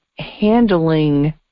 handling